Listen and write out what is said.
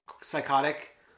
psychotic